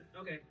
Okay